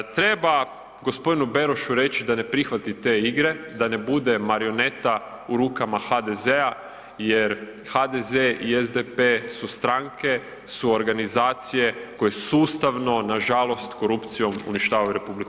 Treba g. Berošu reći da ne prihvati te igre, da ne bude marioneta u rukama HDZ-a jer HDZ i SDP su stranke, su organizacije koje sustavno nažalost korupcijom uništavaju RH.